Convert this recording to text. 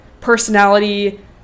personality